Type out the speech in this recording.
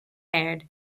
haired